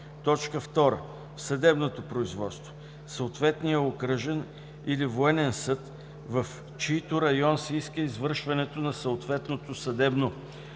2. в съдебното производство – съответният окръжен или военен съд, в чийто район се иска извършването на съответното съдебно следствено